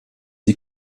die